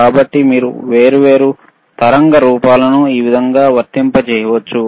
కాబట్టి మీరు వేర్వేరు తరంగ రూపాలను ఈ విధంగా వర్తింపజేయవచ్చు